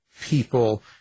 people